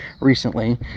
recently